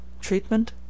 Treatment